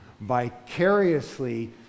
vicariously